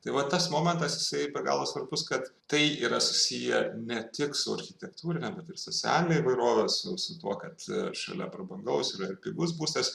tai va tas momentas jisai be galo svarbus kad tai yra susiję ne tik su architektūrine bet ir socialine įvairove su su tuo kad šalia prabangaus yra ir pigus būstas